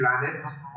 planets